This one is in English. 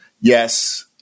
Yes